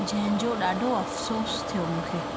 जंहिंजो ॾाढो अफ़सोसु थियो मूंखे